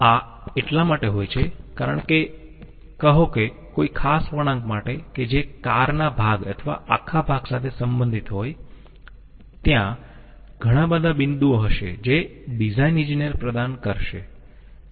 આ એટલા માટે હોય છે કારણ કે કહો કે કોઈ ખાસ વળાંક માટે કે જે કાર ના ભાગ અથવા આખા ભાગ સાથે સંબંધિત હોય ત્યાં ઘણા બધા બિંદુઓ હશે જે ડિઝાઈન ઈજનેર પ્રદાન કરશે